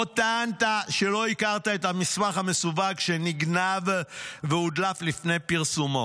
עוד טענת שלא הכרת את המסמך המסווג שנגנב והודלף לפני פרסומו.